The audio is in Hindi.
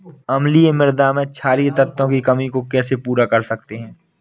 अम्लीय मृदा में क्षारीए तत्वों की कमी को कैसे पूरा कर सकते हैं?